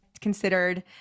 considered